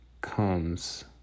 comes